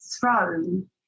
thrown